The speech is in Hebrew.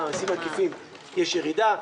במסים עקיפים יש ירידה,